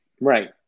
Right